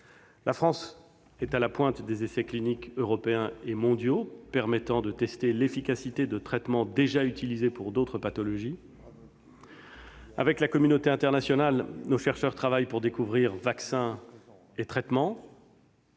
La France est à la pointe des essais cliniques européens et mondiaux permettant de tester l'efficacité de traitements déjà utilisés pour d'autres pathologies. Avec la communauté internationale, nos chercheurs travaillent pour découvrir vaccins et traitements.